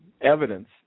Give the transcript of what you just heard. evidence